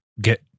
get